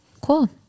Cool